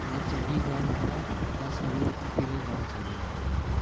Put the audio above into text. ਇਹ ਚੰਗੀ ਗੱਲ ਹੈ ਤਾਂ ਸਾਨੂੰ ਇੱਥੋਂ ਕਿਵੇਂ ਜਾਣਾ ਚਾਹੀਦਾ ਹੈ